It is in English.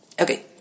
Okay